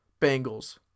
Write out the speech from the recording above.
Bengals